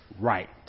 right